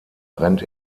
rennt